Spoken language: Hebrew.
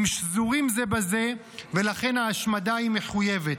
הם שזורים זה בזה, ולכן ההשמדה היא מחויבת.